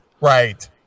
Right